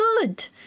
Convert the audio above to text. good